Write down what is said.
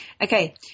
Okay